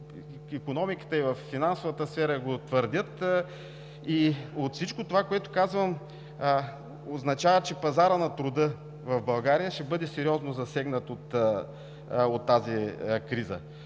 в икономиката и във финансовата сфера го твърдят. От всичко, което казвам, означава, че пазарът на труда в България ще бъде сериозно засегнат от тази криза.